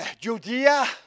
Judea